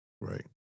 Right